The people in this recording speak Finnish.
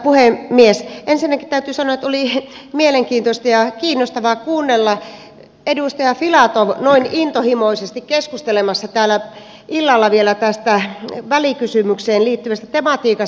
ensinnäkin täytyy sanoa että oli mielenkiintoista ja kiinnostavaa kuunnella edustaja filatovia noin intohimoisesti keskustelemassa täällä illalla vielä tästä välikysymykseen liittyvästä tematiikasta